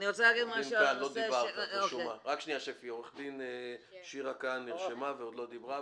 אבל קודם כול עורך דין שירה קאהן, שעוד לא דיברה.